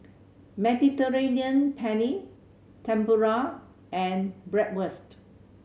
Mediterranean Penne Tempura and Bratwurst